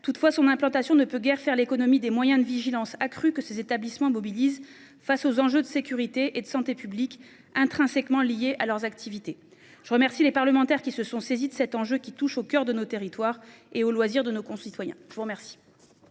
toutefois son implantation ne peut guère faire l'économie des moyens de vigilance accrue que ces établissements mobilise face aux enjeux de sécurité et de santé publique intrinsèquement liées à leurs activités. Je vous remercie. Les parlementaires qui se sont saisis de cet enjeu qui touchent au coeur de nos territoires et aux loisirs de nos concitoyens. Je vous remercie.